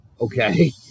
Okay